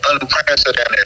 unprecedented